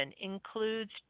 includes